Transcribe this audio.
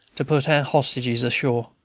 to put our hostages ashore,